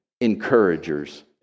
encouragers